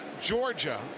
Georgia